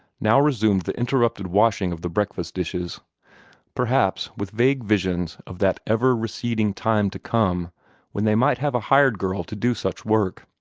now resumed the interrupted washing of the breakfast dishes perhaps with vague visions of that ever-receding time to come when they might have a hired girl to do such work.